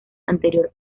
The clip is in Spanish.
anterior